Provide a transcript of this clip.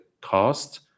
cost